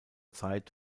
zeit